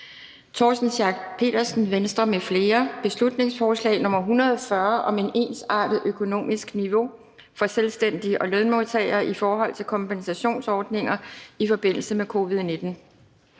(Forslag til folketingsbeslutning om et ensartet økonomisk niveau for selvstændige og lønmodtagere i forhold til kompensationsordninger i forbindelse med covid-19).